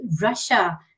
Russia